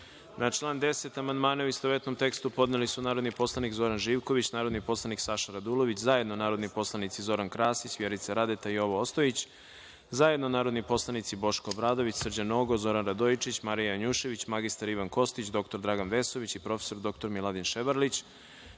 član 10. amandmane, u istovetnom tekstu, podneli su narodni poslanik Zoran Živković, narodni poslanik Saša Radulović, zajedno narodni poslanici Zoran Krasić, Vjerica Radeta i Jovo Ostojić, zajedno narodni poslanici Boško Obradović, Srđan Nogo, Zoran Radojičić, Marija Janjušević, mr Ivan Kostić, dr Dragan Vesović i prof. dr Miladin Ševarlić,